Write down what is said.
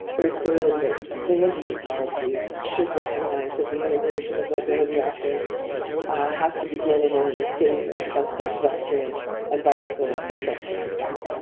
very clearly. the land use policies should recognize that the integration of mobility options has to begin and end with safe and accessible pedestrian and bicycle infrastructure as well.